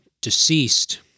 deceased